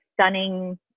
stunning